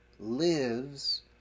lives